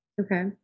Okay